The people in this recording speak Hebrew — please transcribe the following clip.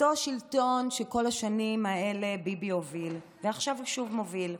אותו שלטון שכל השנים האלה ביבי הוביל ועכשיו הוא שוב מוביל.